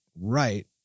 right